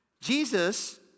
Jesus